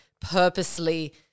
purposely